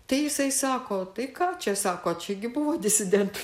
tai jisai sako tai ką čia sako čia gi buvo disidentų